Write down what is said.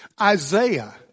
Isaiah